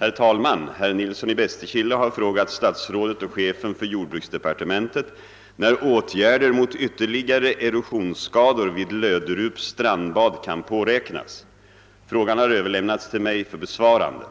Herr talman! Herr Nilsson i Bästekille har frågat statsrådet och chefen för jordbruksdepartementet när åtgärder mot ytterligare erosionsskador vid Löderups strandbad kan påräknas. Frågan har överlämnats till mig för besvarande.